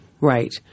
Right